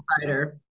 cider